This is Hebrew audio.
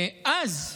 אז,